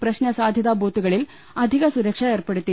പ്രശ്ന സാധ്യതാ ബൂത്തുകളിൽ അധിക സുരക്ഷ ഏർപ്പെടുത്തി